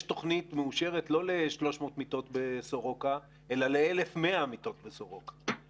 יש תוכנית מאושרת לא ל-300 מיטות בסורוקה אלא ל-1,100 מיטות בסורוקה.